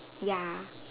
ya